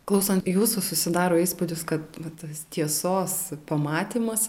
klausant jūsų susidaro įspūdis kad tas tiesos pamatymas